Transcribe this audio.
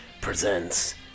presents